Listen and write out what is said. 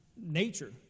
nature